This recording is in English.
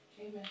Amen